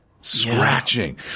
scratching